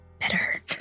better